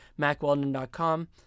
MacWeldon.com